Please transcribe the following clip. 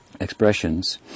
expressions